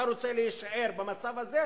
אתה רוצה להישאר במצב הזה,